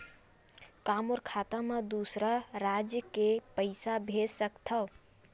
का मोर खाता म दूसरा राज्य ले पईसा भेज सकथव?